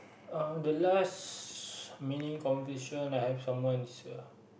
uh the last meaning conversation I have with someone is uh